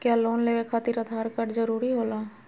क्या लोन लेवे खातिर आधार कार्ड जरूरी होला?